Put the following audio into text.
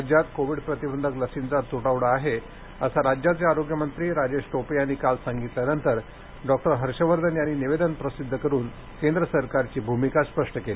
राज्यात कोविड प्रतिबंधक लसींचा तुटवडा आहे असं राज्याचे आरोग्य मंत्री डॉक्टर राजेश टोपे यांनी काल सांगितल्यानंतर डॉक्टर हर्ष वर्धन यांनी निवेदन प्रसिद्ध करून केंद्र सरकारची भूमिका स्पष्ट केली